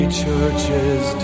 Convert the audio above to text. churches